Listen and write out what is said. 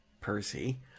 Percy